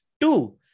Two